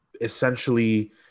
essentially